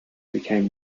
became